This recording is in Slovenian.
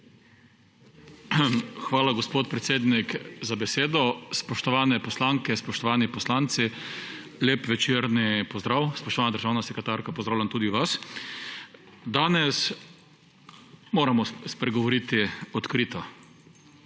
Hvala, gospod predsednik, za besedo. Spoštovane poslanke, spoštovani poslanci, lep večerni pozdrav. Spoštovana državna sekretarka, pozdravljam tudi vas. Danes moramo spregovoriti odkrito.